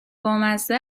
بامزه